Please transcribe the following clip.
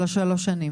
של השלוש שנים?